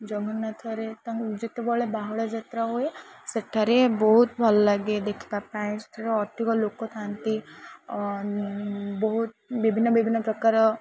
ଜଗନ୍ନାଥରେ ତାଙ୍କୁ ଯେତେବେଳେ ବାହୁଡ଼ା ଯାତ୍ରା ହୁଏ ସେଠାରେ ବହୁତ ଭଲ ଲାଗେ ଦେଖିବା ପାଇଁ ସେଠାରେ ଅଧିକ ଲୋକ ଥାଆନ୍ତି ବହୁତ ବିଭିନ୍ନ ବିଭିନ୍ନ ପ୍ରକାର